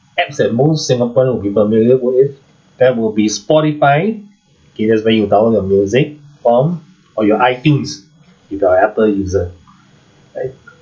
apps that most singaporean will be familiar with that will be spotify okay that's where you download your music from or your itunes if you are apple user right